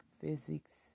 physics